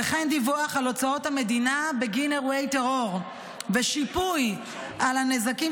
וכן דיווח על הוצאות המדינה בגין אירועי טרור ושיפוי על הנזקים